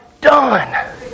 done